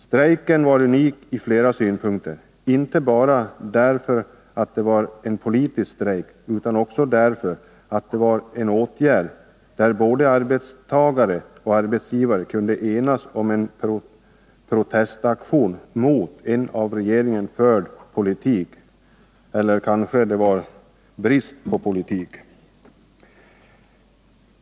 Strejken var unik inte bara därför att det var en politisk strejk utan också därför att både arbetstagare och arbetsgivare kunde enas om en protestaktion mot en av regeringen förd politik — eller kanske snarare brist på politik.